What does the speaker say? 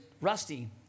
Rusty